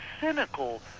cynical